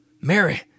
Mary